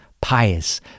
pious